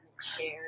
shared